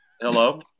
Hello